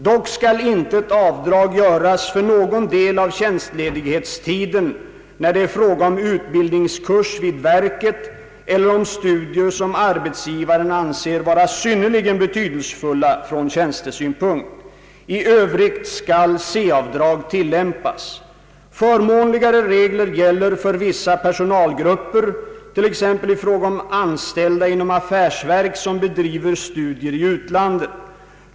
Dock skall intet avdrag göras för någon del av tjänstledighetstiden, när det är fråga om utbildningskurs vid verket eller om studier som arbetsgivaren anser vara synnerligen betydelsefulla från tjänstesynpunkt. I övrigt skall C-avdrag tillämpas. Förmånligare regler gäller för vissa personalgrupper, t.ex. i fråga om anställda inom affärsverk som bedriver studier i utlandet.